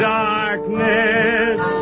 darkness